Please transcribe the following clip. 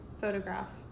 photograph